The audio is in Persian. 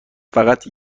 فقط